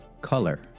color